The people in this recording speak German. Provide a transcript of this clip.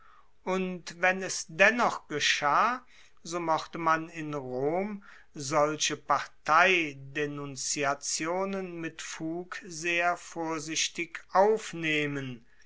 und wenn es dennoch geschah so mochte man in rom solche parteidenunziationen mit fug sehr vorsichtig aufnehmen